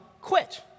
quit